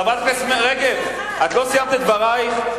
חברת הכנסת רגב, את לא סיימת את דברייך?